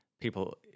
people